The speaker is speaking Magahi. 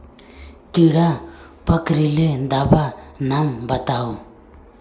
कीड़ा पकरिले दाबा नाम बाताउ?